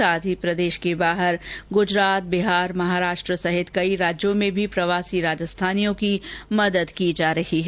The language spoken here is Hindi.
साथ ही प्रदेश के बाहर गुजरात बिहार महाराष्ट्र सहित कई राज्यों में भी प्रवासी राजस्थानियों की मदद की जा रही है